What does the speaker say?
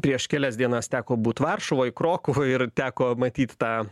prieš kelias dienas teko būt varšuvoj krokuvoj ir teko matyti tą